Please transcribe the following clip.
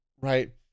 right